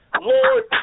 Lord